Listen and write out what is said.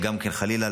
חלילה,